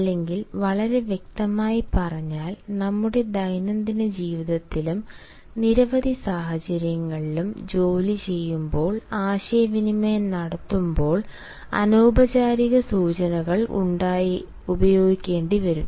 അല്ലെങ്കിൽ വളരെ വ്യക്തമായി പറഞ്ഞാൽ നമ്മുടെ ദൈനംദിന ജീവിതത്തിലും നിരവധി സാഹചര്യങ്ങളിലും ജോലി ചെയ്യുമ്പോൾ ആശയവിനിമയം നടത്തുമ്പോൾ അനൌപചാരിക സൂചനകൾ ഉപയോഗിക്കേണ്ടിവരും